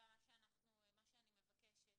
אני מבקשת